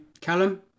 Callum